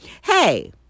Hey